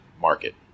market